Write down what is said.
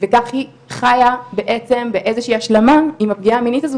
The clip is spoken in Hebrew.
וכך היא חיה בעצם באיזושהי השלמה עם הפגיעה המינית הזו,